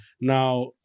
Now